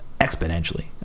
exponentially